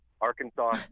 Arkansas